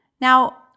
Now